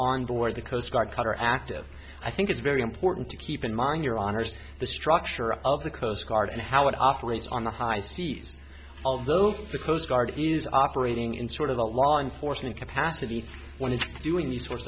on board the coast guard cutter active i think it's very important to keep in mind your honour's the structure of the coast guard and how it operates on the high seas although the coast guard is operating in sort of a law enforcement capacity when it's doing these sorts